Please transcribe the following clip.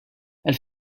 elle